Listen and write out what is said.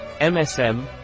MSM